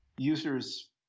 users